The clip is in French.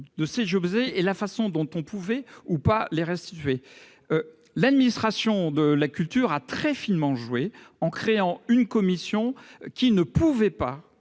de ces objets et de la façon dont on peut ou non les restituer. L'administration de la culture a très finement joué en créant une commission qui ne pouvait pas